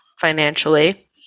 financially